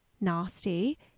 nasty